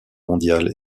mondiale